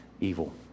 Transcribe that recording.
evil